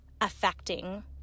affecting